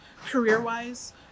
career-wise